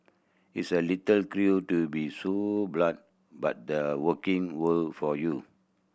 it's a little cruel to be so blunt but the working world for you